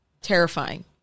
Terrifying